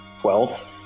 Twelve